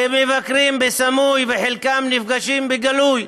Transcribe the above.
שמבקרים בסמוי, וחלקם נפגשים בגלוי,